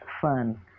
fun